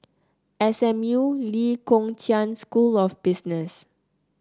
S M U Lee Kong Chian School of Business